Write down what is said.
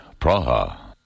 Praha